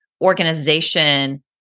organization